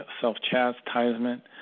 self-chastisement